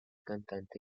cantante